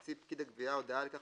ימציא פקיד הגביה הודעה על כך